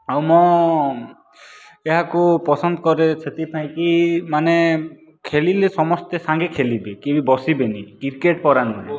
ଆଉ ମୁଁ ଏହାକୁ ପସନ୍ଦ କରେ ସେଥିପାଇଁ କି ମାନେ ଖେଳିଲେ ସମସ୍ତେ ସାଙ୍ଗେ ଖେଲିବେ କେହି ବି ବସିବେନି କ୍ରିକେଟ୍ ପରା ନୁହେଁ